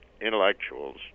intellectuals